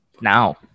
Now